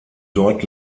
dort